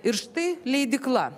ir štai leidykla